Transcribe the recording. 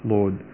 Lord